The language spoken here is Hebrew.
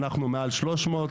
אנחנו מעל 300,